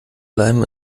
bleiben